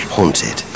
Haunted